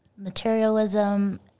Materialism